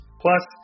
Plus